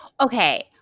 Okay